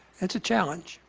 it's a challenge.